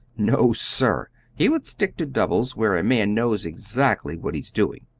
no, sir he would stick to doubles, where a man knows exactly what he's doing.